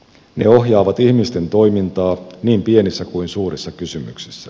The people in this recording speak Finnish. ne ohjaavat ihmisten toimintaa niin pienissä kuin suurissa kysymyksissä